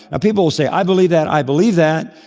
people will say, i believe that, i believe that.